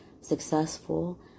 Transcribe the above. successful